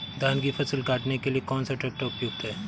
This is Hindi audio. धान की फसल काटने के लिए कौन सा ट्रैक्टर उपयुक्त है?